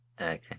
Okay